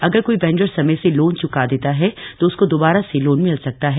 अगर कोई वेंडर समय से लोन च्का देता है उसको दोबारा से लोन मिल सकता है